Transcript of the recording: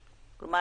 כלומר,